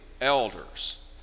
elders